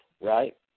right